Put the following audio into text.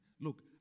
look